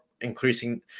increasing